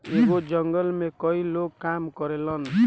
एगो जंगल में कई लोग काम करेलन